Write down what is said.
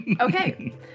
okay